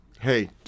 Hey